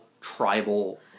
Tribal